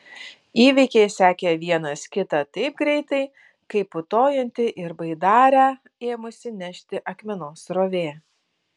įvykiai sekė vienas kitą taip greitai kaip putojanti ir baidarę ėmusi nešti akmenos srovė